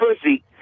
pussy